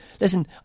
listen